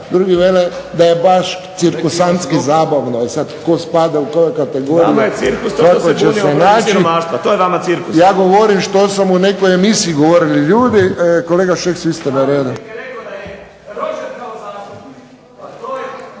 Drugi vele da je baš cirkusantski zabavno. E sad tko spada u koje kategorije, lako će se naći. .../Upadica Burić, ne razumije se./... Ja govorim što su vam u nekoj emisiji govorili ljudi. Kolega Šeks vi ste na redu.